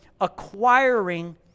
acquiring